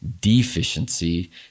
deficiency